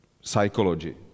psychology